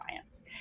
Science